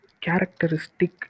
characteristic